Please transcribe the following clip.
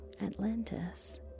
Atlantis